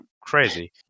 crazy